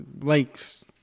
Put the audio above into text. lakes